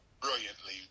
brilliantly